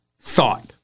thought